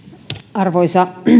arvoisa